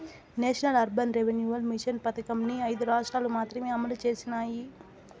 national urban renewal mission పథకంని ఐదు రాష్ట్రాలు మాత్రమే అమలు చేసినాయి